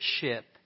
ship